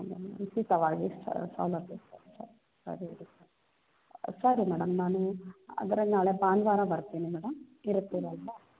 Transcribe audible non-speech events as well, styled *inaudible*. ಅಂದರೆ ಉಚಿತವಾಗಿ ಸೌಲಭ್ಯ *unintelligible* ಸರಿ ಮೇಡಮ್ ನಾನು ಅಂದರೆ ನಾಳೆ ಭಾನುವಾರ ಬರ್ತೀನಿ ಮೇಡಮ್ ಇರುತ್ತೀರಲ್ವಾ